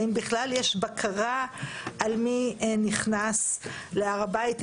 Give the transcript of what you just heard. האם יש בקרה על מי שנכנס להר הבית?